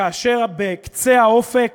כאשר בקצה האופק